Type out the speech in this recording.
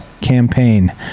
campaign